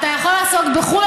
אתה יכול לעסוק בחו"ל,